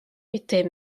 était